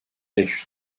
beş